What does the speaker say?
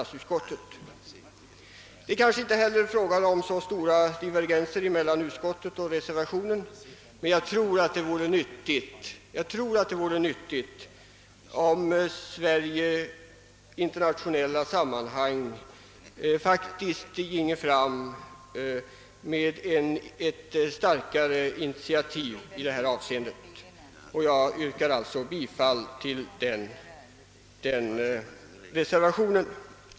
Det kanske inte är fråga om så stora divergenser mellan utskottets förslag och reservationen, men jag tror att det vore nyttigt om Sverige i internationella sammanhang tog kraftigare initiativ i detta avseende, och jag yrkar alltså bifall till den reservationen.